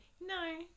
No